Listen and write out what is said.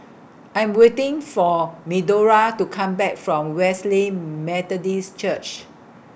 I Am waiting For Medora to Come Back from Wesley Methodist Church